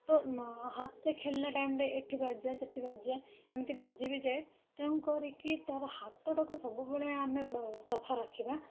ତୋ ହାତ ସେ ଖେଳିଲା ଟାଇମ୍ରେ ଏଠି ବାଜିଯାଏ ସେଠି ବାଜିଯାଏ ଏମିତି ବାଜିବି ଯାଏ ତେଣୁ କରିକି ତା'ର ହାତଟାକୁ ସବୁବେଳେ ଆମେ ସଫା ରଖିବା